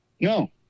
No